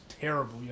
terrible